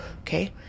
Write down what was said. okay